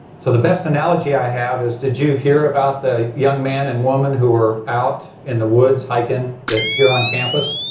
so the best analogy i have is, did you hear about the young man and woman who were out in the woods hiking here on campus.